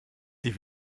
die